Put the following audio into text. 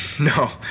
No